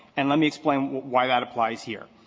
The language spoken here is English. and let me explain why that applies here.